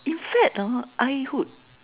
you say that I would